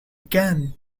can